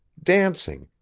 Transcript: dancing,